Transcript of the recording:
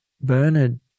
bernard